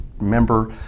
member